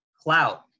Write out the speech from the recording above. clout